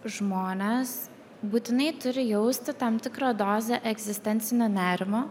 žmonės būtinai turi jausti tam tikrą dozę egzistencinio nerimo